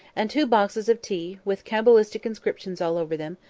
and two boxes of tea, with cabalistic inscriptions all over them,